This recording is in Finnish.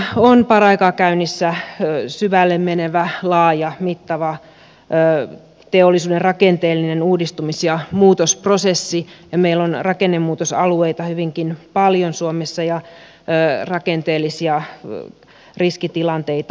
suomessa on paraikaa käynnissä syvälle menevä laaja mittava teollisuuden rakenteellinen uudistumis ja muutosprosessi ja meillä on rakennemuutosalueita hyvinkin paljon suomessa ja rakenteellisia riskitilanteita paljon